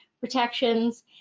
protections